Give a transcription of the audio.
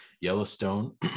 Yellowstone